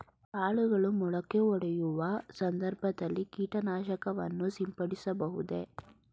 ಕಾಳುಗಳು ಮೊಳಕೆಯೊಡೆಯುವ ಸಂದರ್ಭದಲ್ಲಿ ಕೀಟನಾಶಕವನ್ನು ಸಿಂಪಡಿಸಬಹುದೇ?